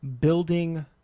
building